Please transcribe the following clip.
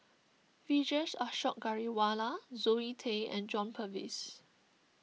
Vijesh Ashok Ghariwala Zoe Tay and John Purvis